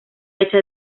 hecha